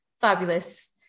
fabulous